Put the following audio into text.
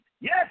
Yes